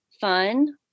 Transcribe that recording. fun